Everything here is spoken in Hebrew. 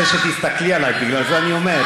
אני רוצה שתסתכלי עלי, בגלל זה אני אומר.